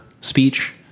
speech